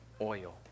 oil